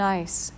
Nice